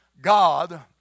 God